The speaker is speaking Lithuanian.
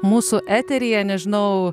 mūsų eteryje nežinau